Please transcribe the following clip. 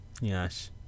Yes